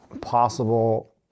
possible